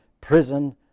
prison